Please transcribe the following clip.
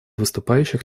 выступающих